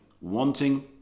wanting